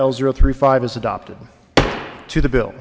l zero three five is adopted to the bill